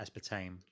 aspartame